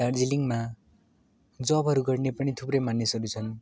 दार्जिलिङमा जबहरू गर्ने पनि थुप्रै मानिसहरू छन्